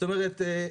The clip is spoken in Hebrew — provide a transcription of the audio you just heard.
זאת אומרת,